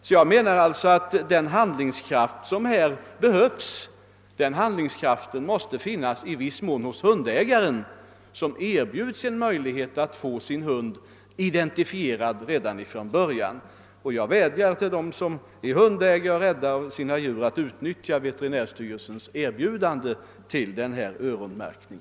Min slutsats är att den handlingskraft som här behövs i viss mån måste finnas hos hundägaren, som har en möjlighet att få sin hund identifierad redan från början. Jag vädjar till de hundägare som är rädda om sina djur att utnyttja veterinärstyrelsens = erbjudande om öronmärkning.